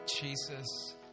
Jesus